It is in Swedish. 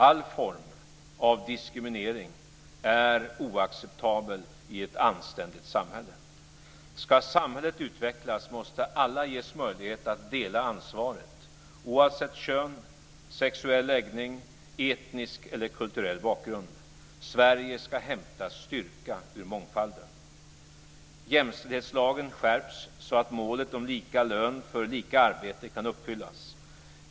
All form av diskriminering är oacceptabel i ett anständigt samhälle. Ska samhället utvecklas måste alla ges möjlighet att dela ansvaret - oavsett kön, sexuell läggning, etnisk eller kulturell bakgrund. Sverige ska hämta styrka ur mångfalden. Jämställdhetslagen skärps så att målet om lika lön för lika arbete kan uppfyllas.